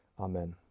Amen